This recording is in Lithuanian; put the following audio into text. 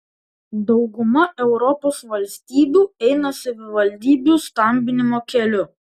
dauguma europos valstybių eina savivaldybių stambinimo keliu